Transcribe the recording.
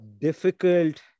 difficult